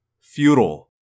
Futile